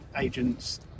Agents